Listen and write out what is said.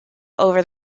over